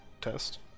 test